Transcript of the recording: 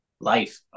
Life